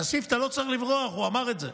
כסיף, אתה לא צריך לברוח, הוא אמר את זה.